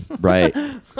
Right